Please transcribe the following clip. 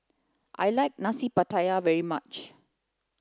I like nasi pattaya very much